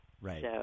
right